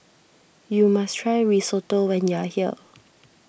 you must try Risotto when you are here